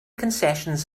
concessions